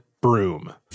broom